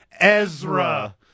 Ezra